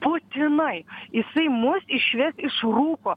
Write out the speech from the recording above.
būtinai jisai mus išves iš rūko